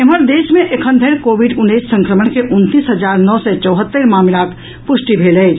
एम्हर देश मे एखन धरि कोविड उन्नैस संक्रमण के उनतीस हजार नओ सय चौहत्तरि मामिलाक पुष्टि भेल अछि